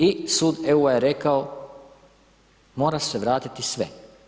I sud EU-a je rekao mora se vratiti sve.